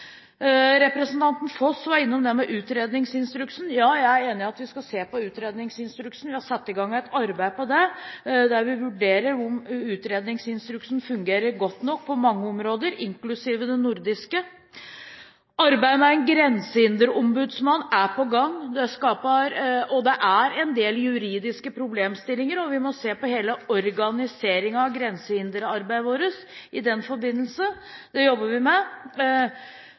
Representanten Foss var innom det med utredningsinstruksen. Jeg er enig i at vi skal se på utredningsinstruksen, og vi har satt i gang et arbeid på det, der vi vurderer om utredningsinstruksen fungerer godt nok på mange områder, inklusive det nordiske. Arbeidet med en grensehinderombudsmann er i gang, og der er det en del juridiske problemstillinger. Vi må se på hele organiseringen av grensehinderarbeidet vårt i den forbindelse. Det jobber vi med.